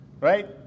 right